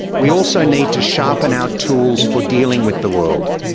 we also need to sharpen our tools for dealing with the world.